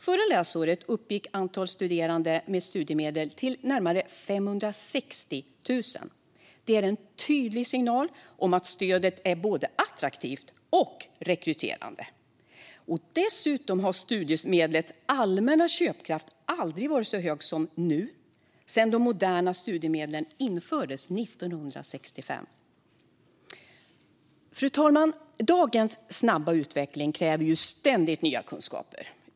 Förra läsåret uppgick antalet studerande med studiemedel till närmare 560 000. Det är en tydlig signal om att stödet är både attraktivt och rekryterande. Dessutom har studiemedlens allmänna köpkraft aldrig varit så stor som nu sedan de moderna studiemedlen infördes 1965. Fru talman! Dagens snabba utveckling kräver ständigt nya kunskaper.